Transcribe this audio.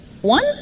one